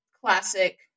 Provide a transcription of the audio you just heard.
classic